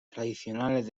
tradicionales